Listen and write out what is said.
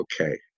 okay